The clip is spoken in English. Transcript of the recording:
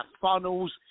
funnels